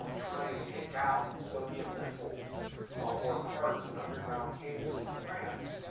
um trying to take out soviet missiles or parts in underground caves in france.